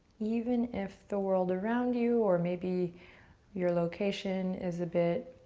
even if the world around you or maybe your location is a bit